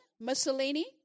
Mussolini